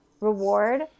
reward